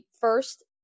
first